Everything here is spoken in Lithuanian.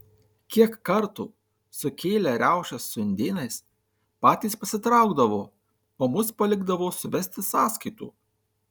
kiek kartų sukėlę riaušes su indėnais patys pasitraukdavo o mus palikdavo suvesti sąskaitų